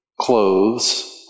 clothes